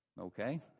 Okay